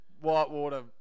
whitewater